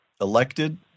elected